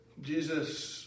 Jesus